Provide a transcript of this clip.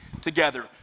together